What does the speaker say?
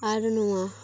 ᱟᱨ ᱱᱚᱣᱟ